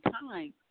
time